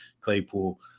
Claypool –